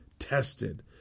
Tested